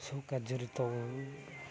ସବୁ କାର୍ଯ୍ୟରିତ